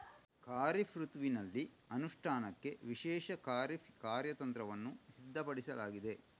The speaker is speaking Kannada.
ಖಾರಿಫ್ ಋತುವಿನಲ್ಲಿ ಅನುಷ್ಠಾನಕ್ಕೆ ವಿಶೇಷ ಖಾರಿಫ್ ಕಾರ್ಯತಂತ್ರವನ್ನು ಸಿದ್ಧಪಡಿಸಲಾಗಿದೆ